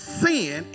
sin